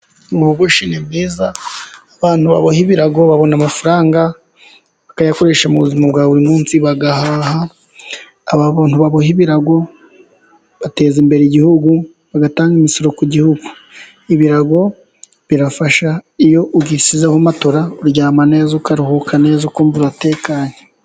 Ububoshyi ni bwiza, abantu baboha ibirago babona amafaranga, bakayakoresha mu buzima bwa buri munsi, bagahaha, abantu baboha ibirago bateza imbere igihugu, bagatanga imisoro ku gihugu. Ibirago birafasha iyo ugishyizeho matora uryama neza, ukaruhuka neza, ukumva uratekanye.